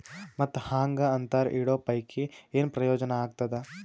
ಮತ್ತ್ ಹಾಂಗಾ ಅಂತರ ಇಡೋ ಪೈಕಿ, ಏನ್ ಪ್ರಯೋಜನ ಆಗ್ತಾದ?